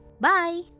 Bye